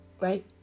right